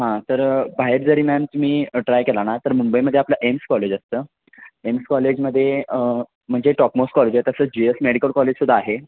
हां तर बाहेर जरी मॅम तुम्ही ट्राय केला ना तर मुंबईमध्ये आपलं एम्स कॉलेज असतं एम्स कॉलेजमध्ये म्हणजे टॉपमोस्ट कॉलेज आहे तसं जी एस मेडिकल कॉलेजसुद्धा आहे